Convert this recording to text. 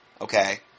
okay